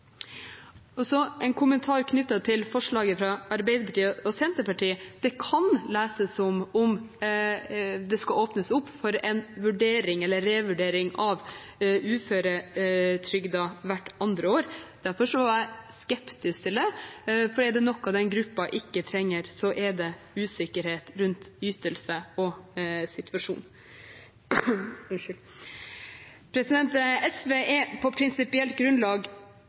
livssituasjon. Så en kommentar knyttet til forslaget fra Arbeiderpartiet og Senterpartiet: Det kan leses som om det skal åpnes opp for en revurdering av uføretrygden hvert andre år. Derfor var jeg skeptisk til det. Er det noe den gruppen ikke trenger, er det usikkerhet rundt ytelser og situasjon. SV er på prinsipielt grunnlag